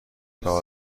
ابراز